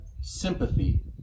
sympathy